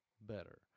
better